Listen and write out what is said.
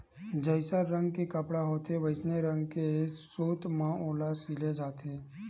जइसन रंग के कपड़ा होथे वइसने रंग के सूत म ओला सिले जाथे